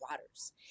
waters